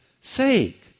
sake